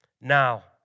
Now